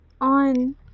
on